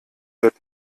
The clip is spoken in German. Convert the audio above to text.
wird